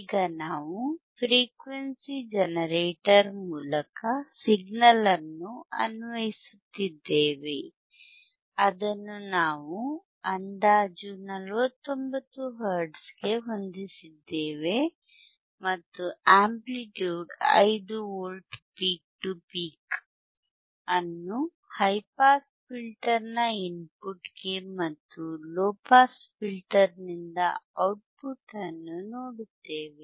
ಈಗ ನಾವು frequency generator ಮೂಲಕ ಸಿಗ್ನಲ್ ಅನ್ನು ಅನ್ವಯಿಸುತ್ತಿದ್ದೇವೆ ಅದನ್ನು ನಾವು ಅಂದಾಜು 49 ಹರ್ಟ್ಜ್ ಹೊಂದಿಸಿದ್ದೇವೆ ಮತ್ತು amplitude 5 volt peak to peak ಅನ್ನು ಹೈ ಪಾಸ್ ಫಿಲ್ಟರ್ ನ ಇನ್ಪುಟ್ ಗೆ ಮತ್ತು ಲೊ ಪಾಸ್ ಫಿಲ್ಟರ್ನಿಂದ ಔಟ್ಪುಟ್ ಅನ್ನು ನೋಡುತ್ತೇವೆ